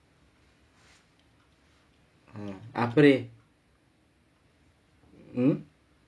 hmm அங்கே போய்:angae poi hmm